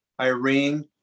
Irene